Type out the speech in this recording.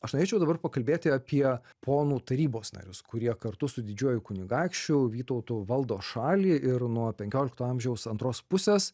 aš norėčiau dabar pakalbėti apie ponų tarybos narius kurie kartu su didžiuoju kunigaikščiu vytautu valdo šalį ir nuo penkiolikto amžiaus antros pusės